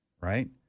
right